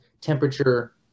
temperature